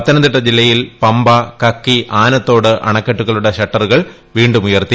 പത്തനംതിട്ട ജില്ലയിൽ പമ്പ കക്കി ആനത്തോട് അണക്കെട്ടുകളുടെ ഷട്ടറുകൾ വീണ്ടും ഉയർത്തി